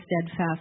steadfast